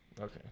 okay